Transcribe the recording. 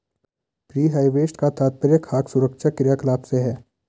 pre harvest का तात्पर्य खाद्य सुरक्षा क्रियाकलाप से है